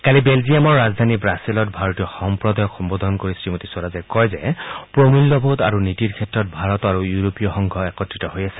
কালি বেলজিয়ামৰ ৰাজধানী ব্ৰাচেলত ভাৰতীয় সম্প্ৰদায়ক সম্বোধন কৰি শ্ৰীমতী স্থৰাজে কয় যে প্ৰমূল্যেবোধ আৰু নীতিৰ ক্ষেত্ৰত ভাৰত আৰু ইউৰোপীয় সংঘ একত্ৰিত হৈ আছে